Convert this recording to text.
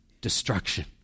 destruction